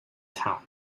town